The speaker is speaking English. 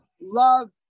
love